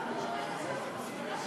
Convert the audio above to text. עד